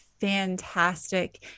fantastic